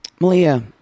Malia